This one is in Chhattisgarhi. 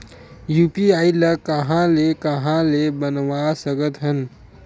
यू.पी.आई ल कहां ले कहां ले बनवा सकत हन?